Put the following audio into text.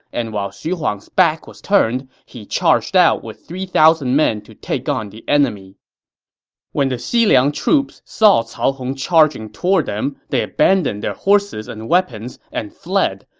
and while xu huang's back was turned, he charged out with three thousand men to take on the enemy when the xiliang troops saw cao hong charging toward them, they abandoned their horses and weapons and fled,